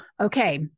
okay